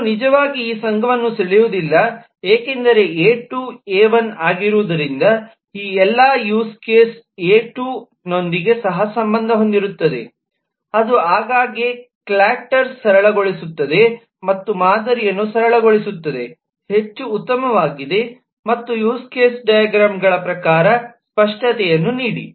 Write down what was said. ನಾನು ನಿಜವಾಗಿ ಈ ಸಂಘವನ್ನು ಸೆಳೆಯುವುದಿಲ್ಲ ಏಕೆಂದರೆ ಎ 2 ಎ 1 ಆಗಿರುವುದರಿಂದ ಈ ಎಲ್ಲ ಯೂಸ್ ಕೇಸ್ಗಳು ಎ 2 ನೊಂದಿಗೆ ಸಹ ಸಂಬಂಧ ಹೊಂದಿರುತ್ತವೆ ಅದು ಆಗಾಗ್ಗೆ ಕ್ಲಾಟರ್ಗಳನ್ನು ಸರಳಗೊಳಿಸುತ್ತದೆ ಮತ್ತು ಮಾದರಿಯನ್ನು ಸರಳಗೊಳಿಸುತ್ತದೆ ಹೆಚ್ಚು ಉತ್ತಮವಾಗಿದೆ ಮತ್ತು ಯೂಸ್ ಕೇಸ್ ಡೈಗ್ರಾಮ್ಗಳನ್ನು ಪ್ರಕಾರ ಸ್ಪಷ್ಟತೆಯನ್ನು ನೀಡಿ